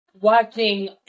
watching